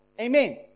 Amen